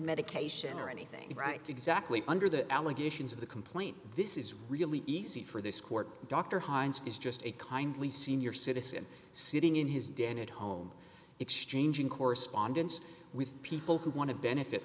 medication or anything right exactly under the allegations of the complaint this is really easy for this court dr heinz is just a kindly senior citizen sitting in his den at home exchanging correspondence with people who want to benefit